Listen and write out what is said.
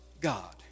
God